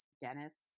Dennis